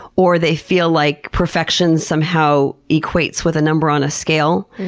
or they feel like perfection somehow equates with a number on a scale.